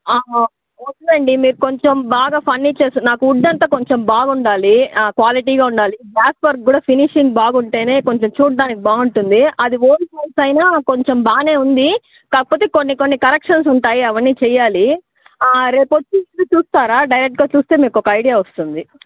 ఆహా ఓకే అండి మీరు కొంచెం బాగా ఫర్నీచర్స్ నాకు వుడ్ అంతా నాకు కొంచం బాగుండాలి క్వాలిటీగా ఉండాలి గ్లాస్ వర్క్ కూడా ఫినిషింగ్ బాగుంటేనే చూడ్డానికి బాగుంటుంది కొంచెం బాగానే ఉంది కాపోతే కొన్ని కొన్ని కరెక్షన్స్ ఉంది అవన్నీ చేయాలి ఆ రేపొచ్చి చూస్తారా డైరెక్ట్గా చూస్తే ఒక ఐడియా వస్తుంది